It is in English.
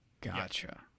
Gotcha